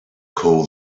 call